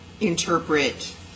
interpret